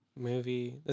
Movie